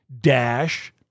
dash